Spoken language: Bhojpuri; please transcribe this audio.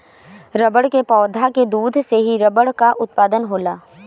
रबड़ के पौधा के दूध से ही रबड़ कअ उत्पादन होला